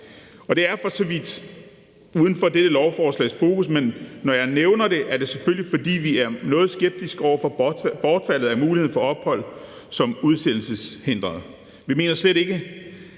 Det er for så vidt uden for dette lovforslags fokus, men når jeg nævner det, er det selvfølgelig, fordi vi er noget skeptiske over for bortfaldet af mulighed for opholdstilladelse som udsendelseshindret. Vi mener slet ikke,